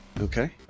Okay